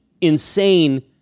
insane